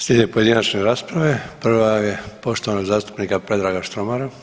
Slijede pojedinačne rasprave, prva je poštovanog zastupnika Predraga Štromara.